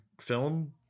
film